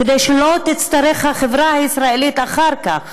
כדי שהחברה הישראלית לא תצטרך אחר כך